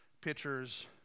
pitchers